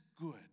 good